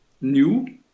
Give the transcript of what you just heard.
new